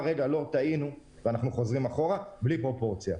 אה, טעינו, בואו נחזור אחורה בלי פרופורציה.